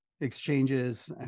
exchanges